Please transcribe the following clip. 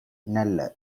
நல்ல